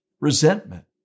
resentment